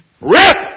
RIP